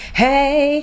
hey